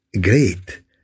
great